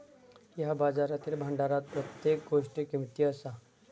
या बाजारातील भांडारात प्रत्येक गोष्ट किमती असा